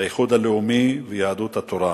האיחוד הלאומי ויהדות התורה.